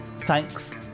Thanks